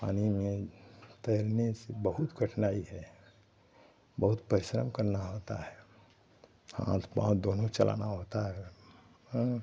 पानी में तैरने से बहुत कठिनाई है बहुत परिश्रम करना होता है हाथ पाँव दोनों चलाना होता है हाँ